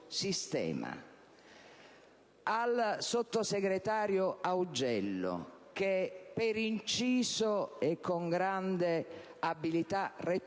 Al sottosegretario Augello, che per inciso, e con grande abilità retorica,